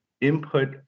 input